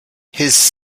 his